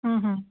ਹਮ ਹਮ